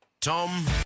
Tom